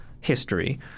history